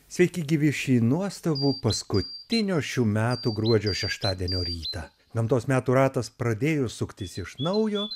sveiki gyvi šį nuostabų paskutinio šių metų gruodžio šeštadienio rytą gamtos metų ratas pradėjo suktis iš naujo